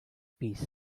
piece